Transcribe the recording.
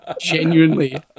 genuinely